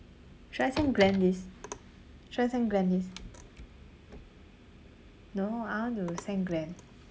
should I send glenn this should I send glenn this no I want to send glenn